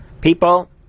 people